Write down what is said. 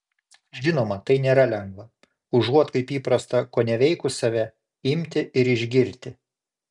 žinoma tai nėra lengva užuot kaip įprasta koneveikus save imti ir išgirti